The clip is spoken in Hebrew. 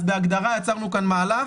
אז בהגדרה יצרנו כאן מהלך